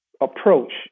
approach